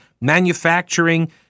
manufacturing